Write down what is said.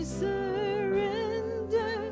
surrender